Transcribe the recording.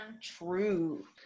True